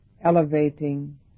elevating